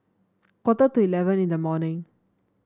quarter to eleven in the morning